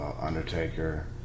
Undertaker